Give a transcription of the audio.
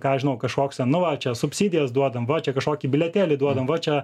ką aš žinau kažkoks ten nu va čia subsidijas duodam va čia kažkokį bilietėlį duodam va čia